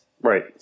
Right